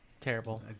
Terrible